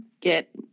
get